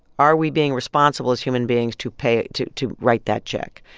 are we being responsible as human beings to pay to to write that check?